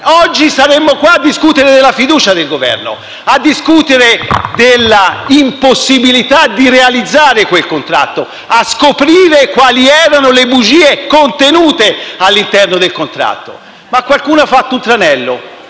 oggi saremmo qua a discutere della fiducia al Governo, a discutere dell'impossibilità di realizzare quel contratto, a scoprire quali erano le bugie contenute all'interno del contratto. Ma qualcuno ha teso un tranello.